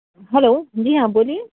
hello جی ہاں بولیے